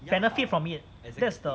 benefit from it is that's the